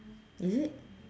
is it